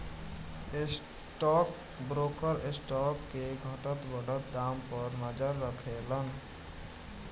stock broker stock के घटत बढ़त दाम पर नजर राखेलन